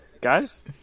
Guys